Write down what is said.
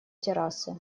террасы